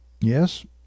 Yes